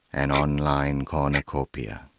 an online cornucopia,